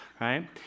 right